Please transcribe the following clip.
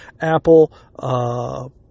Apple